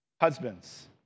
husbands